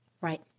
Right